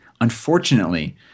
unfortunately